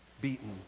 beaten